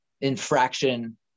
infraction